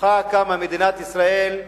שמכוחה קמה מדינת ישראל,